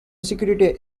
security